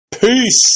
Peace